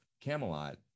Camelot